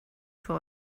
für